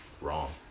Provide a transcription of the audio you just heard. wrong